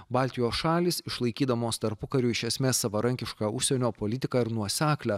baltijos šalys išlaikydamos tarpukariu iš esmės savarankišką užsienio politiką ir nuoseklią